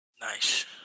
Nice